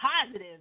positive